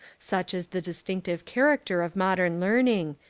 such is the distinctive character of modern learning,